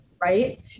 right